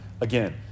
again